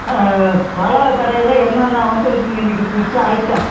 ஆ பழக் கடையில் என்னென்ன வந்திருக்கு இன்றைக்கு புதுசாக ஐட்டம்